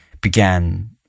began